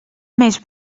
més